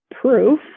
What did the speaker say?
proof